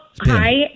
Hi